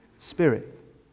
Spirit